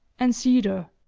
and cedar.